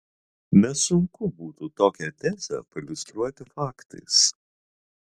nesunku būtų tokią tezę pailiustruoti faktais